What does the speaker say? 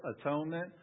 atonement